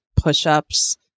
push-ups